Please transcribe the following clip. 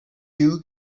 you